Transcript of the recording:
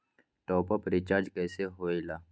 Top up recharge कइसे होएला?